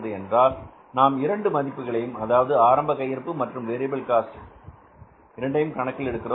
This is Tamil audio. என்றால் நாம் 2 மதிப்புகளையும் அதாவது ஆரம்ப கையிருப்பு மற்றும் வேரியபில் காஸ்ட் இரண்டையும் கணக்கில் எடுக்கிறோம்